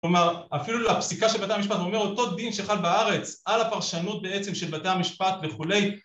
כלומר, אפילו לפסיקה של בתי המשפט הוא אומר אותו דין שחל בארץ על הפרשנות בעצם של בתי המשפט וכולי